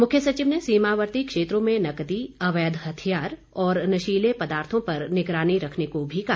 मुख्य सचिव ने सीमावर्ती क्षेत्रों में नगदी अवैध हथियार और नशीले पदार्थों पर निगरानी रखने को भी कहा